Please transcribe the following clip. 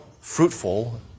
fruitful